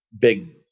big